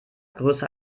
größer